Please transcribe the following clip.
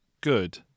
good